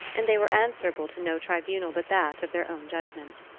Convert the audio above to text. and they were answerable to no tribunal but that of their own judgment.